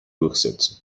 durchsetzen